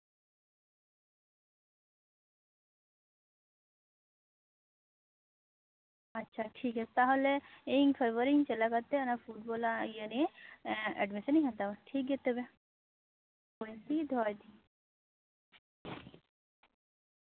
ᱟᱪᱪᱷᱟ ᱴᱷᱤᱠᱜᱮᱭᱟ ᱛᱟᱦᱞᱮ ᱤᱧ ᱯᱷᱮᱵᱨᱩᱣᱟᱨᱤ ᱪᱟᱞᱟᱣ ᱠᱟᱛᱮ ᱚᱱᱟ ᱯᱷᱩᱴᱵᱚᱞᱟᱜ ᱤᱭᱟᱹᱨᱮ ᱮᱰᱢᱤᱥᱚᱱᱤᱧ ᱦᱟᱛᱟᱣᱟ ᱴᱷᱤᱠᱜᱮᱭᱟ ᱛᱚᱵᱮ ᱦᱩᱭᱮᱱ ᱛᱤᱧᱟᱹ ᱫᱚᱦᱚᱭ ᱫᱟᱹᱧ